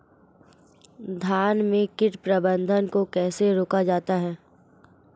धान में कीट प्रबंधन को कैसे रोका जाता है?